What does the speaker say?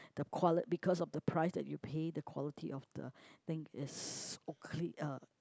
the quali~ because of the price that you pay the quality of the thing is okay uh